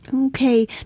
Okay